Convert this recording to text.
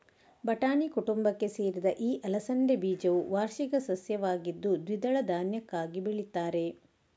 ಬಟಾಣಿ ಕುಟುಂಬಕ್ಕೆ ಸೇರಿದ ಈ ಅಲಸಂಡೆ ಬೀಜವು ವಾರ್ಷಿಕ ಸಸ್ಯವಾಗಿದ್ದು ದ್ವಿದಳ ಧಾನ್ಯಕ್ಕಾಗಿ ಬೆಳೀತಾರೆ